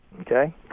Okay